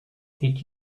did